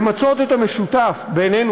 למצות את המשותף בינינו,